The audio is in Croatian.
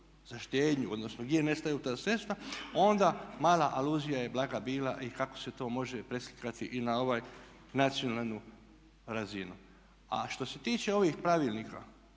odnosno gdje nestaju ta sredstva onda mala aluzija je blaga bila i kako se to može preslikati i na ovu nacionalnu razinu. A što se tiče ovih pravilnika,